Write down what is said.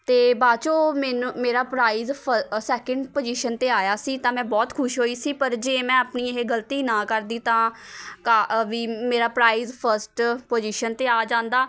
ਅਤੇ ਬਾਅਦ 'ਚੋਂ ਮੈਨੂੰ ਮੇਰਾ ਪ੍ਰਾਈਜ਼ ਫਸ ਸੈਕਿੰਡ ਪੁਜੀਸ਼ਨ 'ਤੇ ਆਇਆ ਸੀ ਤਾਂ ਮੈਂ ਬਹੁਤ ਖੁਸ਼ ਹੋਈ ਸੀ ਪਰ ਜੇ ਮੈਂ ਆਪਣੀ ਇਹ ਗ਼ਲਤੀ ਨਾ ਕਰਦੀ ਤਾਂ ਕਾ ਅ ਵੀ ਮੇਰਾ ਪ੍ਰਾਈਜ਼ ਫਸਟ ਪੁਜੀਸ਼ਨ 'ਤੇ ਆ ਜਾਂਦਾ